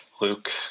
Luke